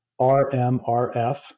RMRF